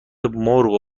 مرغ